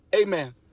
amen